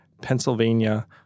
Pennsylvania